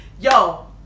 yo